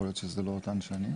יכול להיות שאלה לא אותן שנים?